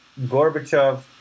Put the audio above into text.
Gorbachev